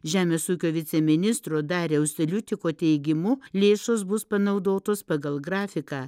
žemės ūkio viceministro dariaus liutiko teigimu lėšos bus panaudotos pagal grafiką